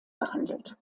behandelt